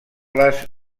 les